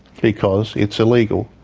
because it's illegal,